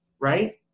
right